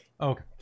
Okay